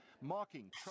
mocking